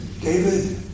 David